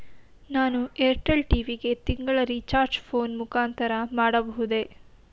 ನಾನು Airtel TV ಗೆ ತಿಂಗಳ ರಿಚಾರ್ಜ್ ಫೋನ್ ಮುಖಾಂತರ ಮಾಡಬಹುದೇ?